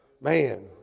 man